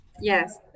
yes